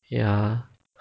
ya